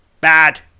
Bad